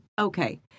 Okay